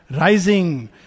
rising